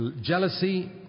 Jealousy